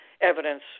evidence